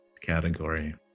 category